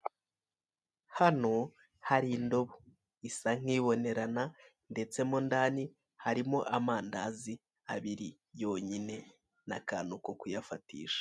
Hano hari indobo. Isa nk'ibonerena, ndetse mo ndani harimo amandazi abiri yinyine n'akantu ko kuyafatisha.